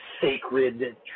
sacred